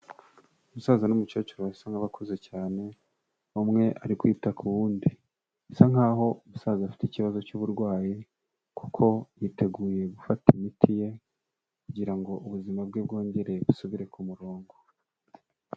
Umusaza n'umukecuru basa nk'abakuze cyane, umwe ari kwita ku wundi, bisa nkaho umusaza afite ikibazo cy'uburwayi kuko yiteguye gufata imiti ye kugira ngo ubuzima bwe bwongere busubire ku murongo.